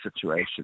situation